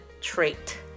trait